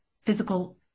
physical